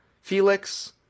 Felix